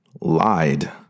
lied